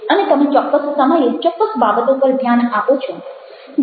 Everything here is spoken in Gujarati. અને તમે ચોક્કસ સમયે ચોક્કસ બાબતો પર ધ્યાન આપો છો